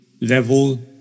level